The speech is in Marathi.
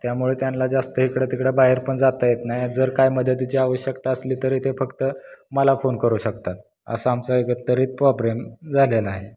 त्यामुळे त्यांना जास्त इकडं तिकडं बाहेर पण जाता येत नाही जर काय मदतीची आवश्यकता असली तरी ते फक्त मला फोन करू शकतात असं आमचा एकंदरीत प्रॉब्लेम झालेला आहे